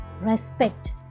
respect